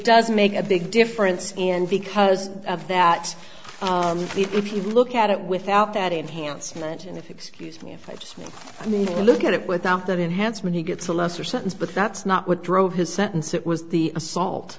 does make a big difference and because of that if you look at it without that enhancement and if excuse me if i just i mean look at it without that enhancement he gets a lesser sentence but that's not what drove his sentence it was the assault